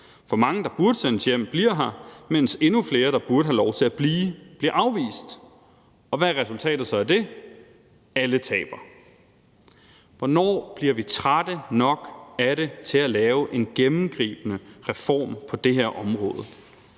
for mange, der burde sendes hjem, bliver her, mens endnu flere, der burde have lov til at blive, bliver afvist. Hvad er resultatet så af det? Det er, at alle taber. Hvornår bliver vi trætte nok af det til at lave en gennemgribende reform på det her område?